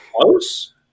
close